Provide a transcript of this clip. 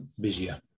busier